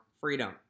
freedom